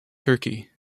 turkey